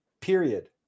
Period